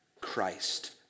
Christ